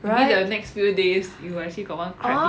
maybe the next few days you actually got one crab